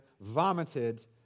vomited